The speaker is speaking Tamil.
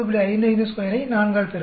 552 ஐ 4 ஆல் பெருக்கவும்